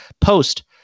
post